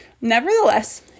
Nevertheless